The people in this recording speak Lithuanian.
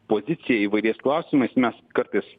poziciją įvairiais klausimais mes kartais